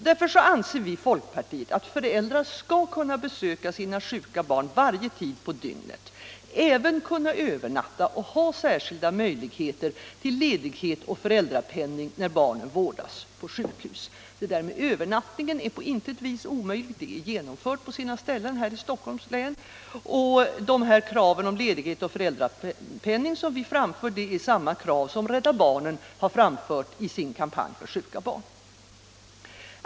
Därför anser vi i folkpartiet att föräldrar skall kunna besöka sina sjuka barn varje tid på dygnet, även kunna övernatta och ha särskilda möjligheter till ledighet och föräldrapenning när barnen vårdas på sjukhus. Det där med övernattning på sjukhusen är på intet sätt omöjligt. Det är genomfört på sina ställen här i Stockholms län. Kravet om ledighet och föräldrapenning är samma krav som Rädda barnen framfört i sin kampanj för sjuka barn.